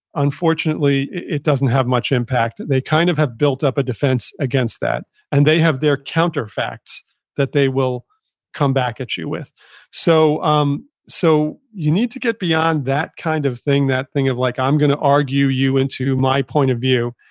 unfortunately, it doesn't have much impact. and they kind of have built up a defense against that and they have their counter facts that they will come back at you with so um so you need to get beyond that kind of thing, that thing of like, i'm going to argue you into my point of view.